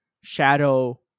Shadow